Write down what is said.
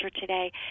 today